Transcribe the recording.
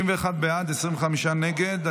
31 בעד, 25 נגד.